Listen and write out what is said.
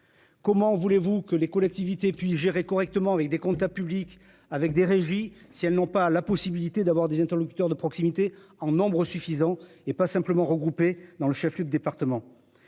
Comment voulez-vous que les collectivités puis gérer correctement avec des comptes public, avec des régies si elles n'ont pas la possibilité d'avoir des interlocuteurs de proximité en nombre suffisant. Et pas simplement regroupés dans le chef-Luc département.